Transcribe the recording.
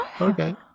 okay